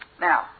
Now